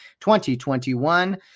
2021